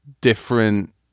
different